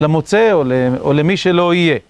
למוצא או למי שלא יהיה.